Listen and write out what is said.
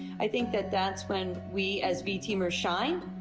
i think that that's when we, as v teamers shine,